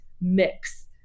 mix